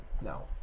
no